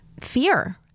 fear